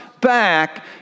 back